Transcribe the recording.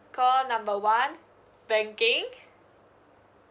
call number one banking